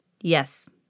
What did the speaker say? Yes